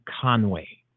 Conway